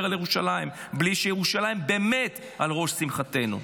על ירושלים בלי שירושלים באמת על ראש שמחתנו.